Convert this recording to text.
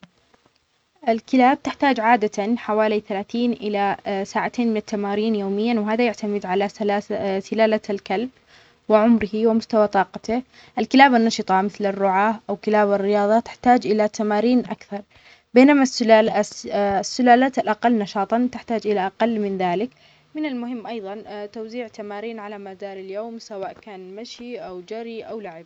الكلاب تحتاج عادة حوالي ثلاثين الى ساعتين من التمارين يوميًا وهذا يعتمد على سلالة الكلب وعمره ومستوى طاقته الكلاب النشطة مثل الرعاة او كلاب الرياظة تحتاج الى تمارين اكثر بينما السلالات الاقل نشاطًا تحتاج الى أقل من المهم ايظًا توزيع تمارين على مدار اليوم سواء كان مشي او جري او لعب.